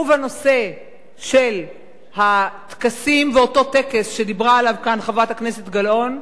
ובנושא של הטקסים ואותו טקס שדיברה עליו כאן חברת הכנסת גלאון,